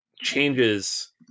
changes